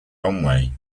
runway